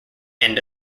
end